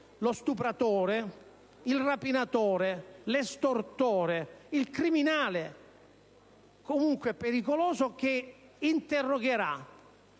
lo stupratore, il rapinatore, l'estorsore, il criminale - comunque pericoloso - interrogherà,